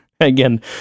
Again